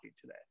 today